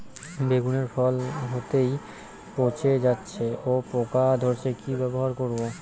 বেগুনের ফল হতেই পচে যাচ্ছে ও পোকা ধরছে কি ব্যবহার করব?